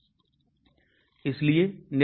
फिर बायोअवेलेबिलिटी